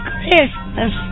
Christmas